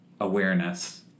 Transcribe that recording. awareness